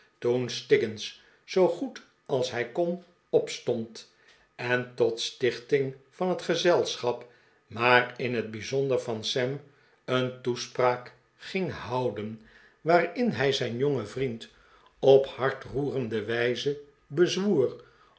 toen stiggins zoo goed als hij kon opstond en tot stichting van het gezelschap maar in het bijzonder van sam een toespraak ging houden waarin hij zijn jongen vriend op hartroerende wijze bezwoer